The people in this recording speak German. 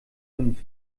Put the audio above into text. fünf